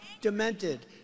demented